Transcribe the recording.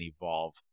evolve